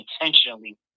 intentionally